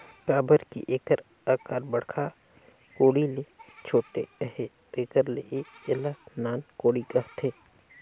काबर कि एकर अकार बड़खा कोड़ी ले छोटे अहे तेकर ले एला नान कोड़ी कहथे